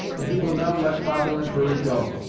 and he will now let father and hurry go.